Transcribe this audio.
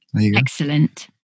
excellent